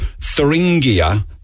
Thuringia